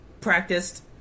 practiced